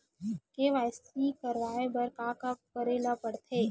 KYC करवाय बर का का करे ल पड़थे?